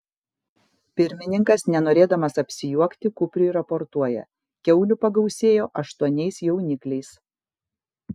pirmininkas nenorėdamas apsijuokti kupriui raportuoja kiaulių pagausėjo aštuoniais jaunikliais